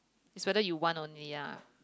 is whether you want only lah